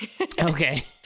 Okay